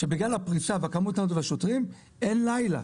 שבגלל הפריסה בכמות השוטרים, אין לילה.